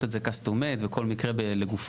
את זה קסטום מייד וכל מקרה לגופו.